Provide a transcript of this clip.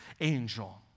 angel